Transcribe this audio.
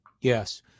Yes